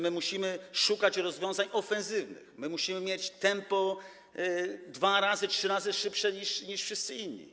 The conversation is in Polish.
My musimy szukać rozwiązań ofensywnych, my musimy mieć tempo dwa razy, trzy razy szybsze niż wszyscy inni.